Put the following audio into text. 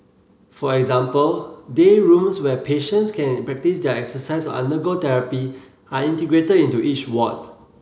for example day rooms where patients can practise their exercise undergo therapy are integrated into each ward